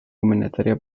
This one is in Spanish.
humanitaria